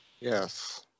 Yes